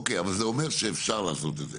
אוקיי אבל זה אומר שאפשר לעשות את זה.